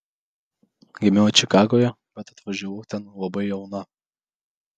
gimiau čikagoje bet atvažiavau ten labai jauna